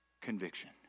conviction